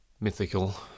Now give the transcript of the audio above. mythical